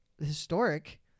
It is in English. historic